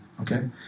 okay